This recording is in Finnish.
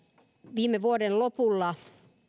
viime vuoden lopulla